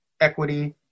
equity